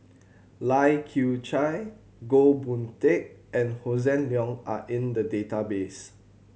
Lai Kew Chai Goh Boon Teck and Hossan Leong are in the database